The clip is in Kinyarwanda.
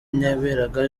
yaberaga